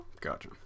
Gotcha